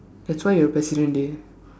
that's why you're president dey